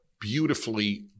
beautifully